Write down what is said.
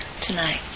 tonight